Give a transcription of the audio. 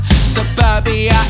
Suburbia